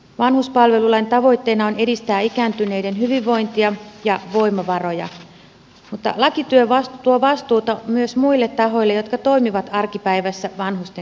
vanhuspalvelulain tavoitteena on edistää ikääntyneiden hyvinvointia ja voimavaroja mutta laki tuo vastuuta myös muille tahoille jotka toimivat arkipäivässä vanhusten kanssa